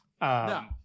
no